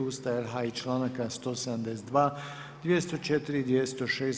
Ustava RH i članaka 172., 204. i 206.